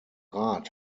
rat